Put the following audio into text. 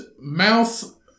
mouth